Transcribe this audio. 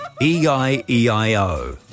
E-I-E-I-O